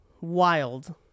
Wild